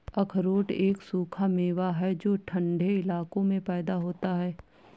अखरोट एक सूखा मेवा है जो ठन्डे इलाकों में पैदा होता है